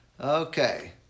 Okay